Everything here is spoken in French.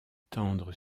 tendre